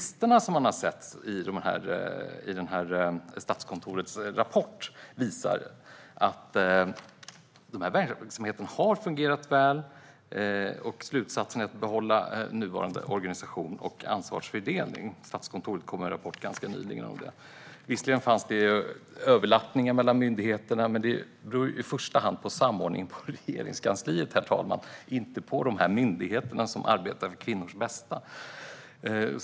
Statskontorets rapport som kom nyligen visar att denna verksamhet har fungerat väl, och slutsatsen är att nuvarande organisation och ansvarsfördelning bör behållas. Visserligen fanns det överlappningar mellan myndigheterna, men det beror i första hand på samordningen på Regeringskansliet, herr talman, och inte på de myndigheter som arbetar för kvinnors bästa.